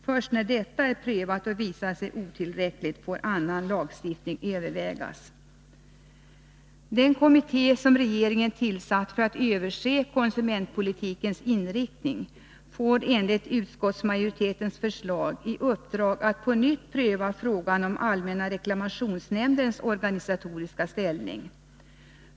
Först när detta är prövat och har visat sig otillräckligt får annan lagstiftning övervägas. Den kommitté som regeringen tillsatt för att överse konsumentpolitikens inriktning får enligt utskottsmajoritetens förslag i uppdrag att på nytt pröva frågan om allmänna reklamationsnämndens organisatoriska ställning.